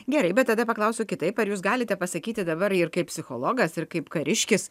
gerai bet tada paklausiu kitaip ar jūs galite pasakyti dabar ir kaip psichologas ir kaip kariškis